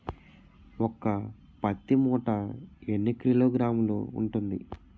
ఒక పత్తి మూట ఎన్ని కిలోగ్రాములు ఉంటుంది?